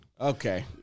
Okay